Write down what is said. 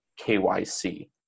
KYC